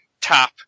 tap